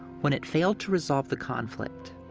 when it failed to resolve the conflict,